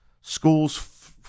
schools